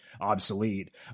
obsolete